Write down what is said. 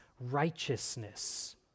righteousness